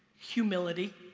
humility,